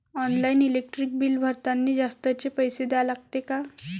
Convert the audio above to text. Online electric bill भरतानी जास्तचे पैसे द्या लागते का?